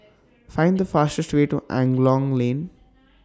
Find The fastest Way to Angklong Lane